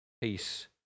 peace